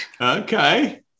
Okay